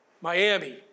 Miami